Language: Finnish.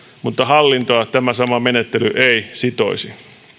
mutta hallintoa tämä sama menettely ei sitoisi